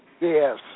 Yes